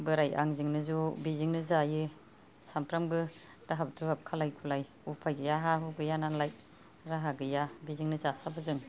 बोराइ आंजोंनो ज' बेजोंनो जायो सामफ्रामबो दाहाब दुहाब खालाय खुलाय उफाय गैया हा हु गैया नालाय राहा गैया बेजोंनो जासाबो जों